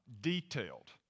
detailed